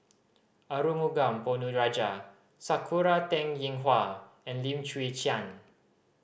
Arumugam Ponnu Rajah Sakura Teng Ying Hua and Lim Chwee Chian